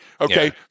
okay